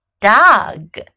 dog